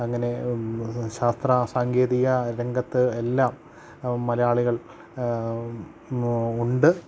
അങ്ങനെ ശാസ്ത്ര സാങ്കേതിക രംഗത്ത് എല്ലാം മലയാളികൾ ഉണ്ട്